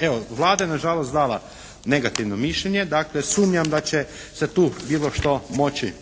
Evo Vlada je na žalost dala negativno mišljenje. Dakle sumnjam da će se tu bilo što moći